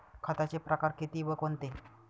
खताचे प्रकार किती व कोणते?